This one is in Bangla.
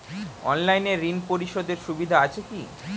অনলাইনে ঋণ পরিশধের সুবিধা আছে কি?